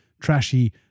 trashy